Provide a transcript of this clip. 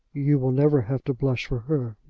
you will never have to blush for her.